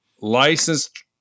licensed